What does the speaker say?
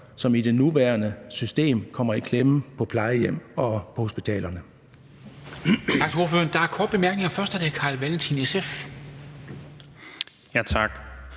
som i det nuværende system kommer i klemme på plejehjem og hospitaler.